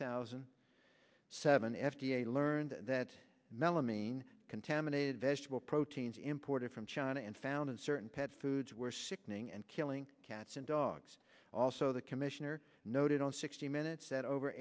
thousand and seven f d a learned that melamine contaminated vegetable proteins imported from china and found in certain pet foods were sickening and killing cats and dogs also the commissioner noted on sixty minutes that over